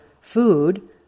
food